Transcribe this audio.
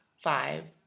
five